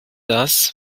das